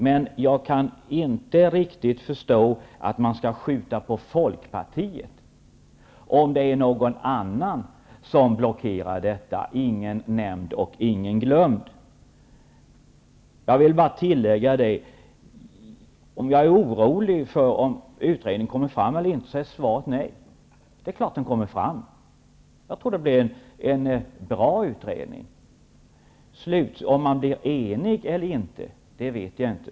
Men jag kan inte riktigt förstå att man skall skjuta på Folkpartiet om det är någon annan som blockerar utredningsarbetet. Ingen nämnd och ingen glömd. På frågan om jag är orolig för huruvida utredningen kommer fram eller inte är svaret nej. Det är klart att den kommer fram. Jag tror att det blir en bra utredning. Om man blir enig eler inte, vet jag inte.